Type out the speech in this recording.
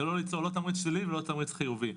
לא ליצור לא תמריץ שלילי ולא תמריץ חיובי.